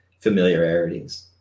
familiarities